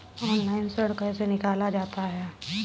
Online ऋण कैसे लिया जाता है?